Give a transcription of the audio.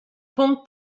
punkt